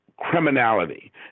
criminality